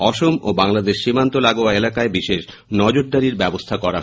অসম ও বাংলাদেশ সীমান্ত লাগোয়া এলাকায় বিশেষ নজরদারি ব্যবস্হা করা হয়েছে